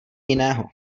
jiného